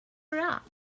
rock